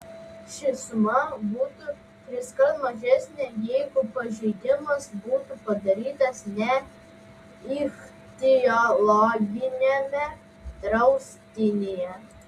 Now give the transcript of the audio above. ši suma būtų triskart mažesnė jeigu pažeidimas būtų padarytas ne ichtiologiniame draustinyje